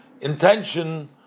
intention